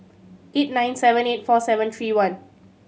eight nine seven eight four seven three one